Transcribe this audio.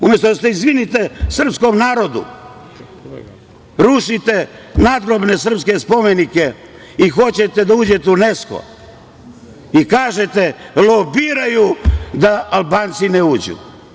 Umesto da se izvinite srpskom narodu, rušite nadgrobne srpske spomenike i hoćete da uđete u UNESKO i kažete – lobiraju da Albanci ne uđu.